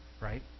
Right